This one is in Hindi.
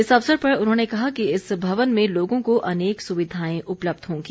इस अवसर पर उन्होंने कहा कि इस भवन में लोगों को अनेक सुविधाएं उपलब्ध होंगी